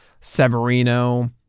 Severino